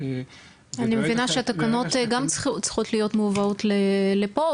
אני מבינה שהתקנות גם צריכות להיות מובאות לפה,